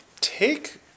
take